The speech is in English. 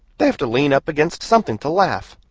they have to lean up against something to laugh.